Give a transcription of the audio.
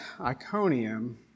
Iconium